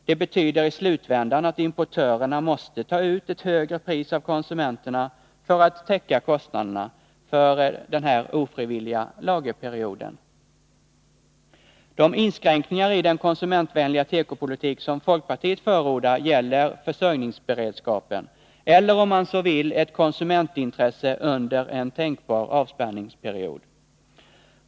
Det betyder i slutvändan att importörerna måste ta ut ett högre pris av konsumenterna för att täcka kostnaderna för denna ofrivilliga lagerperiod. De inskränkningar i den konsumentvänliga tekopolitik som folkpartiet förordar gäller försörjningsberedskapen, eller om man så vill konsumenternas intressen under en tänkbar avspärrningsperiod.